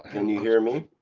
can you hear me?